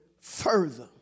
further